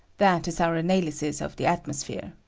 that is our analysis of the atmosphere.